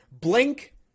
Blink